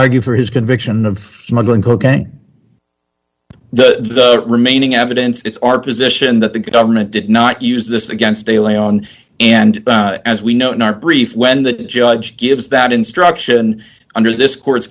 argue for his conviction of smuggling the remaining evidence it's our position that the government did not use this against de lay on and as we know not brief when the judge gives that instruction under this court